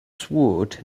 sword